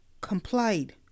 complied